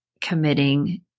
committing